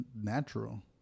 natural